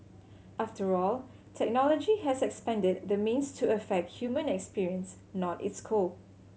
after all technology has expanded the means to affect human experience not its cope